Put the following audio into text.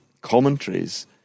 commentaries